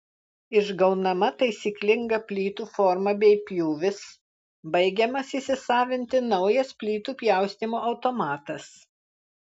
išgaunama taisyklinga plytų forma bei pjūvis baigiamas įsisavinti naujas plytų pjaustymo automatas